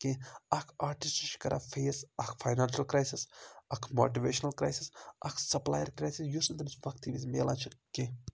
کینٛہہ اکھ آرٹِسٹ چھِ کران فیس اکھ فاینانشَل کرایسس اکھ موٹِویشنل کرایسس اکھ سَپلایر کرایسِس یُس نہٕ تٔمِس وقتٕے وِزِ ملان چھُنہٕ کیٚنٛہہ